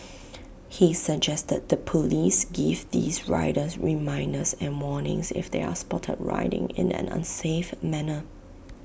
he suggested the Police give these riders reminders and warnings if they are spotted riding in an unsafe manner